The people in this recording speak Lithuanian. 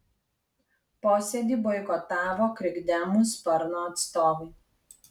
posėdį boikotavo krikdemų sparno atstovai